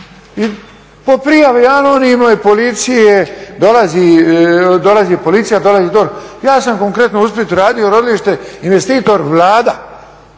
I po prijavi anonimnoj policiji dolazi policija, dolazi DORH. Ja sam konkretno u Splitu radio rodilište, investitor Vlada,